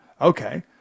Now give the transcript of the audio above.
okay